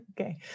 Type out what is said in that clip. Okay